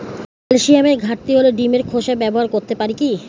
ক্যালসিয়ামের ঘাটতি হলে ডিমের খোসা ব্যবহার করতে পারি কি?